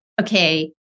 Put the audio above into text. okay